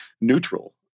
neutral